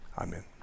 Amen